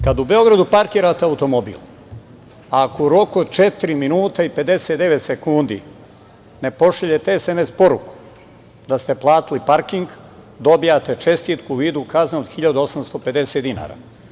Kada u Beogradu parkirate automobil, ako u roku od četiri minuta i 59 sekundi ne pošaljete SMS poruku da ste platili parking, dobijate čestitku u vidu kazne od 1.850 dinara.